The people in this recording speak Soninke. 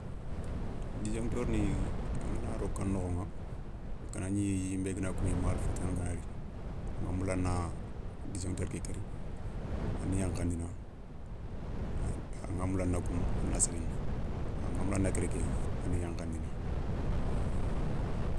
Dijoncteurni angana ro ka nokhoηa ganagni yinbé gana koumi ma wala fo tana ganari anga moula a na dijoncteur ké kérri a ni yankhandina anga moula a na koumou a na séguéndi. Anga moula a na kéri ké a na yankhandina.